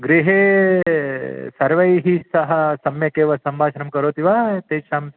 गृहे सर्वैः सह सम्यक् एव सम्भाषणं करोति वा तेषां